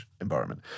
environment